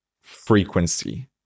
frequency